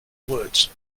words